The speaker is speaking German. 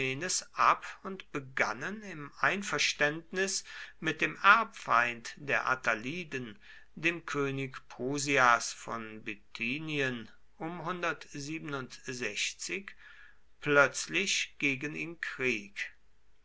ab und begannen im einverständnis mit dem erbfeind der attaliden dem könig prusias von bithynien plötzlich gegen ihn krieg